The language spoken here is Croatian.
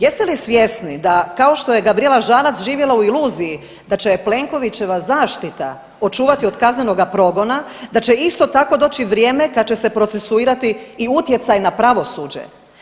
Jeste li svjesni da kao što je Gabrijela Žalac živjela u iluziji da će je Plenkovićeva zaštita očuvati od kaznenoga progona, da će isto tako doći vrijeme kada će se procesuirati i utjecaj na pravosuđe?